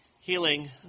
healing